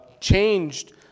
changed